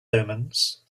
omens